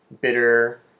bitter